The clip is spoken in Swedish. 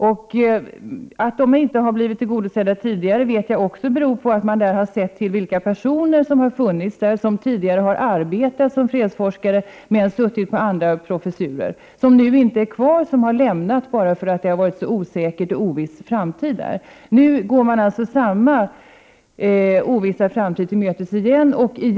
Att önskemålen inte blivit tillgodosedda tidigare vet jag beror på att man sett till vilka personer som tidigare arbetat som fredsforskare men suttit på andra professurer. De är inte längre kvar, de har lämnat universitetet, därför att framtiden har varit osäker. Nu går man alltså samma ovissa framtid till mötes igen.